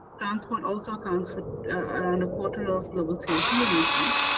transport also accounts for around a quarter of global c o two emissions,